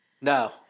No